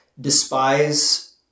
despise